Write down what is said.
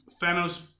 Thanos